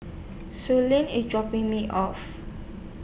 Suellen IS dropping Me off